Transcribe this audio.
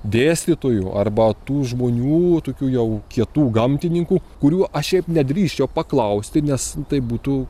dėstytojų arba tų žmonių tokių jau kietų gamtininkų kurių aš šiaip nedrįsčiau paklausti nes tai būtų